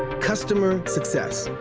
customer success.